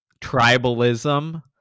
tribalism